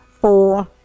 four